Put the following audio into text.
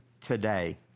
today